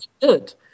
good